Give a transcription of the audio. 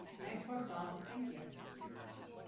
nice work bob. thank you. thank you very much.